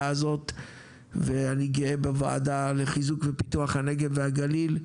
הזאת ואני גאה בוועדה לחיזוק ופיתוח הנגב והגליל,